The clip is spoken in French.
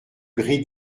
gris